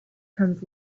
comes